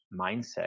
mindset